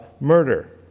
murder